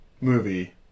movie